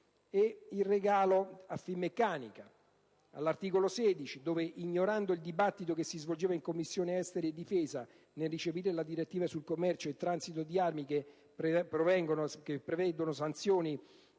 il regalo a Finmeccanica, all'articolo 16, dove, ignorando il dibattito che si svolgeva presso le Commissione affari esteri e difesa, nel recepire la direttiva sul commercio e il transito di armi, si prevedono sanzioni